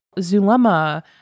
Zulema